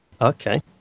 Okay